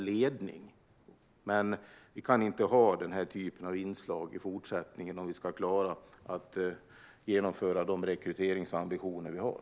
Vi kan dock inte ha inslag som dessa i fortsättningen om vi ska kunna genomföra de rekryteringsambitioner som vi har.